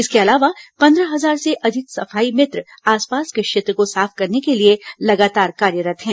इसके अलावा पंद्रह हजार से अधिक सफाई मित्र आसपास के क्षेत्र को साफ करने के लिए लगातार कार्यरत् है